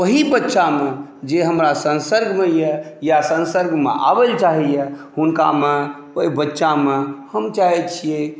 ओही बच्चामे जे हमरा सन्सर्गमे अइ या सन्सर्गमे आबैलए चाहैए हुनकामे ओहि बच्चामे हम चाहै छिए